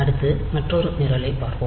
அடுத்து மற்றொரு நிரலைப் பார்ப்போம்